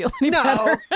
no